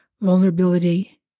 vulnerability